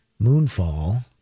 Moonfall